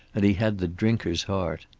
and he had the drinker's heart.